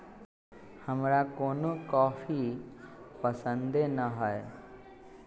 हमरा कोनो कॉफी पसंदे न हए